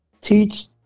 teach